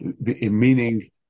meaning